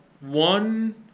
one